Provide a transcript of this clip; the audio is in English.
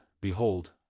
Behold